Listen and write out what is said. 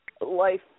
life